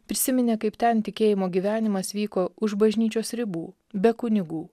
prisiminė kaip ten tikėjimo gyvenimas vyko už bažnyčios ribų be kunigų